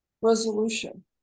resolution